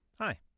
Hi